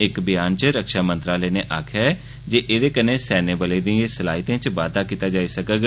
इक ब्यान च रक्षा मंत्रालय ने आक्खेआ जे एह्दे कन्नै सैन्यबलें दियें सलाहियतें बाद्दा कीता जाई सकोग